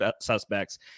suspects